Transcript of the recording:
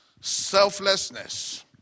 Selflessness